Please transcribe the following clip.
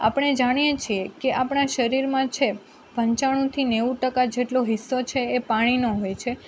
આપણે જાણીએ છીએ કે આપણાં શરીરમાં છે પંચાણુથી નેવું ટકા જેટલું હિસ્સો છે એ પાણીનો હોય છે